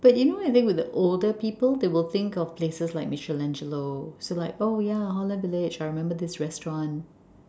but you know living with the older people they will think of places like Michelangelo so like oh ya holland village I remember this restaurant